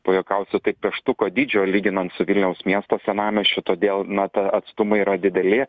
pajuokausiu taip pieštuko dydžio lyginant su vilniaus miesto senamiesčiu todėl na to atstumai yra dideli